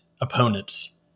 opponents